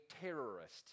terrorist